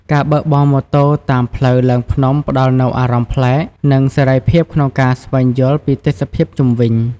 ការបើកបរម៉ូតូតាមផ្លូវឡើងភ្នំផ្តល់នូវអារម្មណ៍ប្លែក និងសេរីភាពក្នុងការស្វែងយល់ពីទេសភាពជុំវិញ។